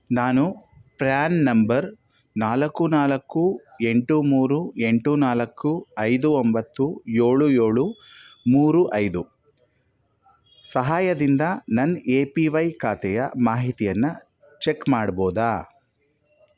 ನಾನು PRAN number ನಾಲ್ಕು ನಾಲ್ಕು ಎಂಟು ಮೂರು ಎಂಟು ನಾಲ್ಕು ಐದು ಒಂಬತ್ತು ಏಳು ಏಳು ಮೂರು ಐದು ಸಹಾಯದಿಂದ ನನ್ನ ಎ ಪಿ ವೈ ಖಾತೆಯ ಮಾಹಿತಿಯನ್ನು ಚೆಕ್ ಮಾಡ್ಬೋದಾ